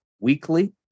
weekly